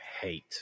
hate